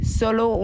solo